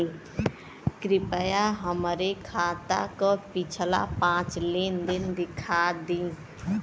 कृपया हमरे खाता क पिछला पांच लेन देन दिखा दी